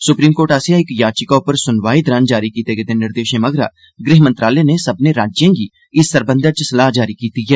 supreme court आसेआ इक याचिका उप्पर स्नवाई दौरन जारी कीते गेदे निर्देशें मगराए गृह मंत्रालय नै सब्भनें राज्यें गी इस सरबंधै च सलाह जारी कीती ऐ